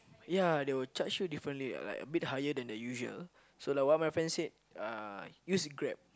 ya they will charge you differently like a bit higher than the usual so like what my friend said uh use Grab